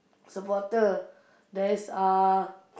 supporter there's uh